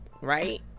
right